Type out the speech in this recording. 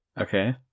Okay